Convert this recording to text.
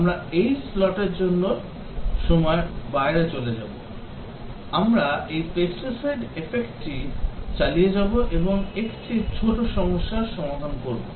আমরা এই স্লটের জন্য সময়ের বাইরে চলে যাব আমরা এই pesticide effect টি চালিয়ে যাব এবং একটি ছোট সমস্যার সমাধান করব